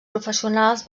professionals